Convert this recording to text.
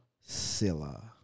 Silla